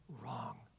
wrong